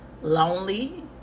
lonely